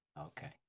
Okay